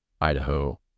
Idaho